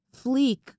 Fleek